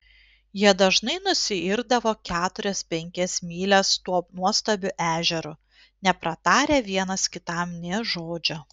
jie dažnai nusiirdavo keturias penkias mylias tuo nuostabiu ežeru nepratarę vienas kitam nė žodžio